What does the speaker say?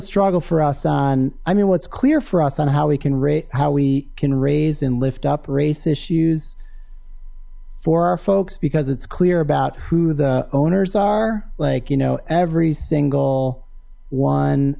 struggle for us on i mean what's clear for us on how we can rate how we can raise and lift up race issues for our folks because it's clear about who the owners are like you know every single one